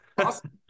Awesome